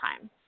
time